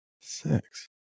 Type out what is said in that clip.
Six